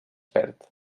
perd